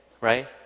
Right